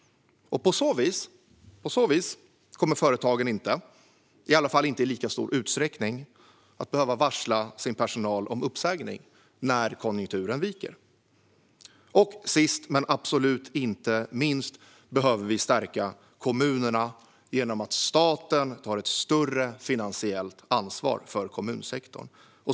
På så vis kommer företagen inte - i alla fall inte i lika stor utsträckning - att behöva varsla personal om uppsägning när konjunkturen viker. Sist men absolut inte minst behöver vi stärka kommunerna genom att staten tar ett större finansiellt ansvar för kommunsektorn.